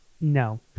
No